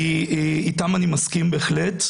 כי איתם אני מסכים בהחלט,